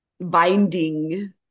binding